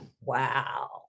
Wow